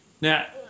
Now